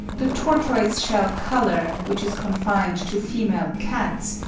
the tortoise-shell colour, which is confined to female cats,